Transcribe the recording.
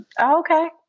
Okay